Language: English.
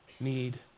need